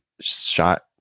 shot